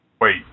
Wait